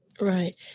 Right